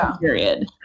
period